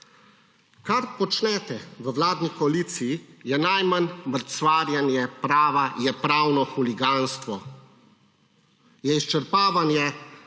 Kar počnete v vladni koaliciji, je najmanj mrcvarjenje prava, je pravno huliganstvo, je izčrpavanje